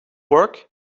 work